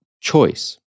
choice